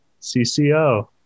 CCO